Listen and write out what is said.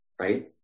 Right